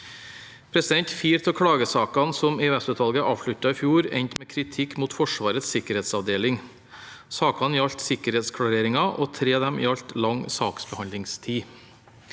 i bulk. Fire av klagesakene EOS-utvalget avsluttet i fjor, endte med kritikk mot Forsvarets sikkerhetsavdeling. Sakene gjaldt sikkerhetsklareringer, og tre av dem gjaldt lang saksbehandlingstid.